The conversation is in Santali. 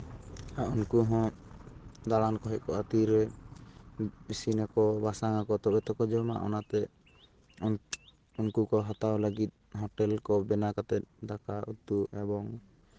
ᱟᱨ ᱩᱱᱠᱩ ᱦᱚᱸ ᱫᱟᱬᱟᱱ ᱠᱚ ᱦᱮᱡᱽ ᱠᱚᱜᱼᱟ ᱛᱤᱨᱮ ᱤᱥᱤᱱ ᱟᱠᱚ ᱵᱟᱥᱟᱝ ᱟᱠᱚ ᱛᱚᱵᱮ ᱛᱚᱠᱚ ᱡᱚᱢᱟ ᱚᱱᱟᱛᱮ ᱩᱱᱠᱩ ᱠᱚ ᱦᱟᱛᱟᱣ ᱞᱟᱹᱜᱤᱫ ᱡᱳᱴᱮᱞ ᱠᱚ ᱵᱮᱱᱟᱣ ᱠᱟᱛᱮᱫ ᱫᱟᱠᱟ ᱩᱛᱩ ᱮᱵᱚᱝ